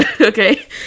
Okay